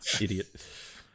Idiot